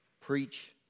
Preach